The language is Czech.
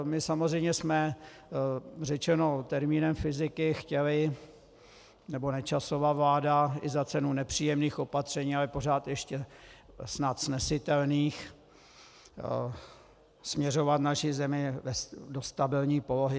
My samozřejmě jsme řečeno termínem fyziky chtěli nebo Nečasova vláda i za cenu nepříjemných opatření, ale pořád ještě snad snesitelných směřovat naši zemi do stabilní polohy.